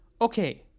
Okay